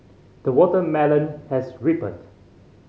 the watermelon has ripened